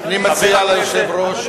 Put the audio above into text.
אני מציע ליושב-ראש,